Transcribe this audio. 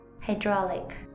hydraulic